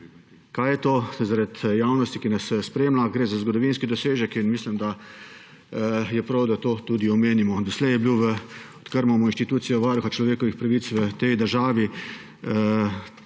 Kaj je to, zaradi javnosti, ki nas spremlja? Gre za zgodovinski dosežek in mislim, da je prav, da to tudi omenimo. Doslej je bila, odkar imamo institucijo Varuha človekovih pravic v tej državi,